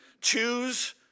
choose